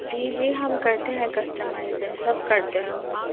جی جی ہم کرتے ہیں کسٹمائزر سب کرتے ہیں ہم